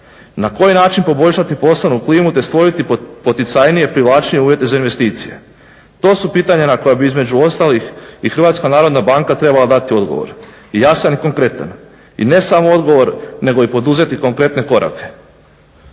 Na koji način poboljšati poslovnu klimu te stvoriti poticajnije privlačnije uvjete za investicije? To su pitanja na koja bi između ostalih i HNB trebala dati odgovor jasan i konkretan i ne samo odgovor nego i poduzeti konkretne korake.